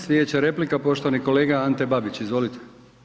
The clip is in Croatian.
Slijedeća replika poštovani kolega Ante Babić, izvolite.